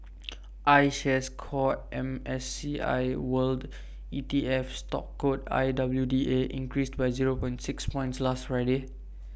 iShares core M S C I world E T F stock code I W D A increased by zero point six points last Friday